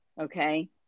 okay